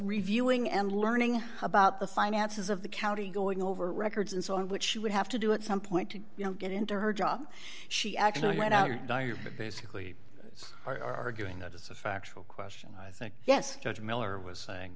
reviewing and learning about the finances of the county going over records and so on which she would have to do at some point to get into her job she actually went out or die you basically are arguing that is a factual question i think yes judge miller was saying